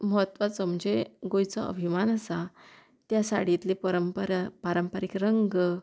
म्हत्वाचो म्हणजे गोंयचो अभिमान आसा त्या साडयेंतले परंपरा पारंपारीक रंग